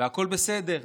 והכול בסדר.